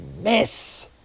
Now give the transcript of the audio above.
Miss